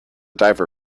diver